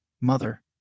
Mother